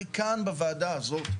הרי כאן בוועדה הזאת,